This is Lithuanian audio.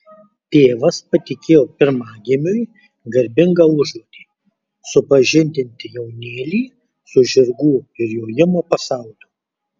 tėvas patikėjo pirmagimiui garbingą užduotį supažindinti jaunėlį su žirgų ir jojimo pasauliu